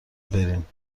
برین